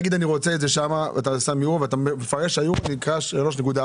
להגיד אני רוצה את זה שם ואתה שם יורו ואתה מפרש שהיורו נמכר ב-3.4.